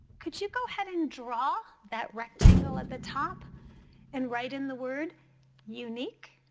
could you go ahead and draw that rectangle at the top and write in the word unique?